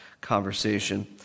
conversation